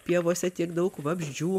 pievose tiek daug vabzdžių